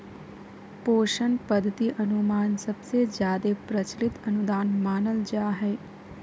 पोषण पद्धति अनुमान सबसे जादे प्रचलित अनुदान मानल जा हय